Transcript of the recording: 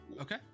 Okay